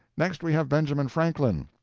next we have benjamin franklin.